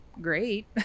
great